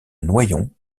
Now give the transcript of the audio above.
noyon